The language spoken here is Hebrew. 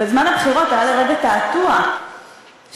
בזמן הבחירות היה לרגע תעתוע שגרם